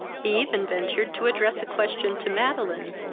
he even ventured to address a question to madeline,